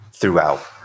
Throughout